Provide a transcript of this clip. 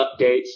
updates